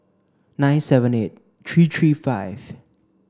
nine seven eight three three five